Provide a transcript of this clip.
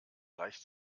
leicht